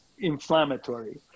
inflammatory